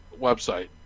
website